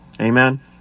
Amen